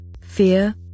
fear